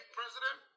president